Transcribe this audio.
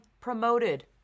promoted